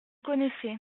connaissez